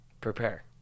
Prepare